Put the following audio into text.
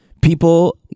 People